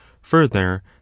further